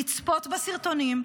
לצפות בסרטונים,